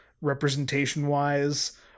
representation-wise